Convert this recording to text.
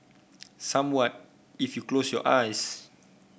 somewhat if you close your eyes